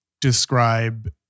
describe